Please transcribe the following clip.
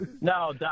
No